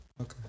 Okay